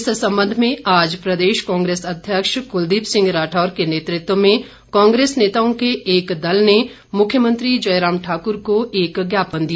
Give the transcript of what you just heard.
इस संबंध में आज प्रदेश कांग्रेस अध्यक्ष कुलदीप सिंह राठौर के नेतृत्व में कांग्रेस नेताओं के एक दल ने मुख्यमंत्री जयराम ठाकुर को एक ज्ञापन दिया